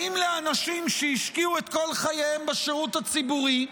באים לאנשים שהשקיעו את כל חייהם בשירות הציבורי,